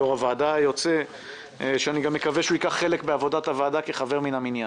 אני גם מקווה שהוא ייקח חלק בעבודת הוועדה כחבר מהמניין.